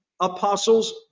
apostles